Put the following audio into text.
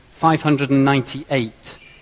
598